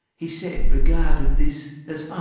he said regarded this as